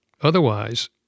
Otherwise